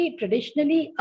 traditionally